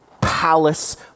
palace